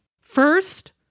First